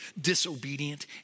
disobedient